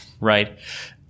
Right